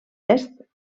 est